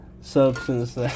Substance